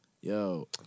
Yo